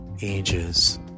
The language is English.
Ages